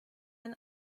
ein